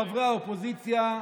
חברי האופוזיציה,